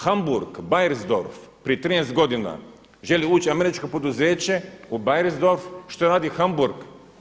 Hamburg, Beiersdorf prije 13 godina želi ući u američko poduzeće u Beiersdorf, što radi Hamburg?